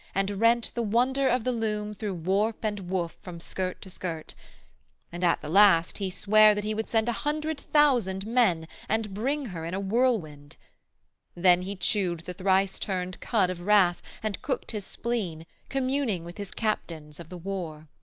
and rent the wonder of the loom through warp and woof from skirt to skirt and at the last he sware that he would send a hundred thousand men, and bring her in a whirlwind then he chewed the thrice-turned cud of wrath, and cooked his spleen, communing with his captains of the war.